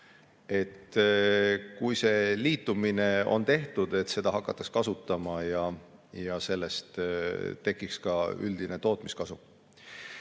...Et kui see liitumine on tehtud, siis seda hakataks kasutama ja sellest tekiks üldine tootmiskasu.